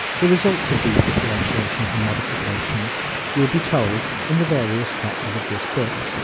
the results of these differentiations and modifications will be told in the various chapters of this book.